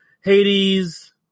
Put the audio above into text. Hades